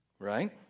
Right